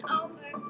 over